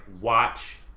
watch